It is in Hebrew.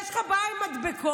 יש לך בעיה עם מדבקות,